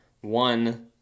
one